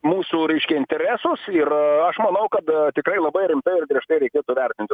mūsų reiškia interesus ir aš manau kad tikrai labai rimtai ir griežtai reikėtų vertinti